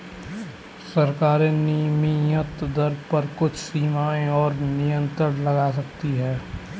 सरकारें विनिमय दर पर कुछ सीमाएँ और नियंत्रण लगा सकती हैं